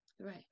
right